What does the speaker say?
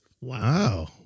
Wow